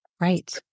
Right